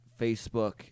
Facebook